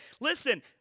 listen